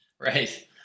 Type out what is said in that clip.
Right